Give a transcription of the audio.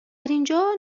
اینجا